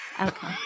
Okay